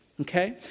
Okay